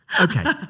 Okay